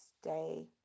stay